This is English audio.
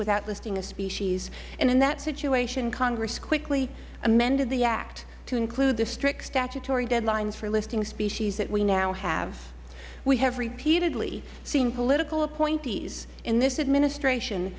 without listing a species in that situation congress quickly amended the act to include the strict statutory deadlines for listing species that we now have we have repeatedly seen political appointees in this administration